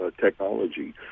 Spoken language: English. technology